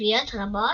חיוביות רבות,